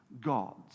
gods